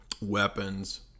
Weapons